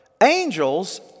angels